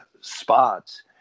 spots